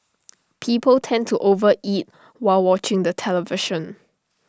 people tend to over eat while watching the television